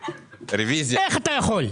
מי נמנע?